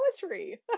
Poetry